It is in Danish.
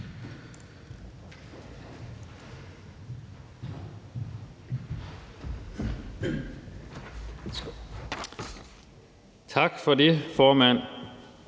Tak for det, formand.